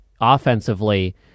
offensively